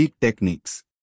Techniques